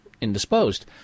indisposed